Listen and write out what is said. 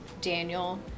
Daniel